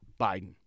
Biden